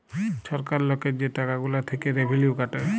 ছরকার লকের যে টাকা গুলা থ্যাইকে রেভিলিউ কাটে